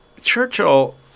Churchill